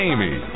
Amy